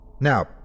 Now